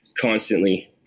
constantly